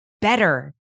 better